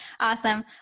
awesome